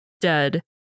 dead